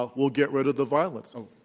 ah we'll get rid of the violence. so